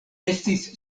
estis